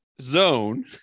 zone